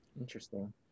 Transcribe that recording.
Interesting